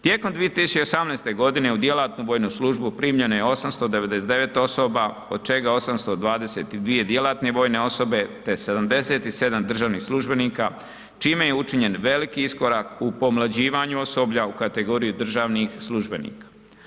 Tijekom 2018. godine u djelatnu vojnu službu primljeno je 899 osoba, od čega 822 djelatne vojne osobe te 77 državnih službenika čime je učinjen veliki iskorak u pomlađivanju osoblja u kategoriji državnih službenika.